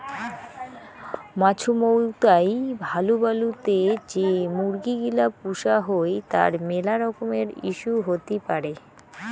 মাছুমৌতাই হালুবালু তে যে মুরগি গিলা পুষা হই তার মেলা রকমের ইস্যু হতি পারে